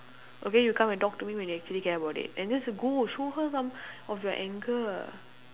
okay you come and talk to me when you actually care about it and that's good show her some of your anger